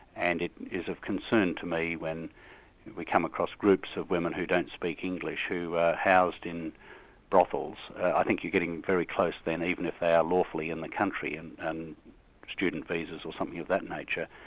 and it is of concern to me when we come across groups of women who don't speak english who are housed in brothels, i think you're getting very close then, even if they are lawfully in the country on and and students visas or something of that nature,